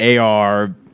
AR